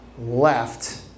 left